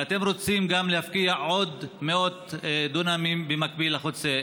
ואתם רוצים להפקיע עוד מאות דונמים במקביל לחוצה.